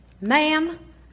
Ma'am